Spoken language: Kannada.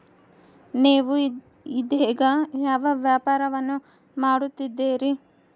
ನೇವು ಇದೇಗ ಯಾವ ವ್ಯಾಪಾರವನ್ನು ಮಾಡುತ್ತಿದ್ದೇರಿ?